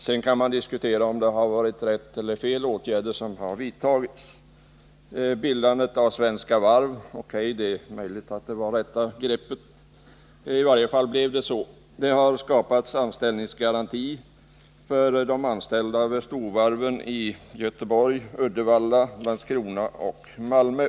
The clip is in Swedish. Sedan kan man diskutera om det har vidtagits riktiga eller felaktiga åtgärder. Det är möjligt att bildandet av Svenska Varv AB var ett riktigt grepp i varje fall blev det så. Anställningsgaranti har tillkommit för de anställda vid storvarven i Göteborg, Uddevalla, Landskrona och Malmö.